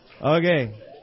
Okay